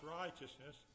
righteousness